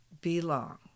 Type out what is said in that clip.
belong